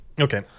okay